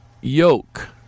Yoke